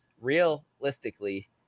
realistically